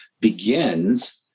begins